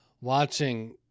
Watching